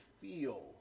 feel